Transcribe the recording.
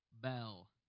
Bell